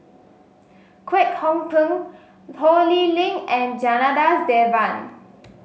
Kwek Hong Png Ho Lee Ling and Janadas Devan